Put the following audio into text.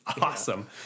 awesome